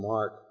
Mark